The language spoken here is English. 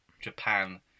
Japan